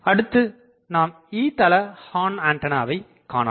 அடுத்து நாம் E தள ஹார்ன்ஆண்டனாவை காணலாம்